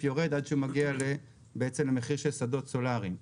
יורד עד שהוא מגיע למחיר של שדות סולאריים.